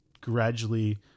gradually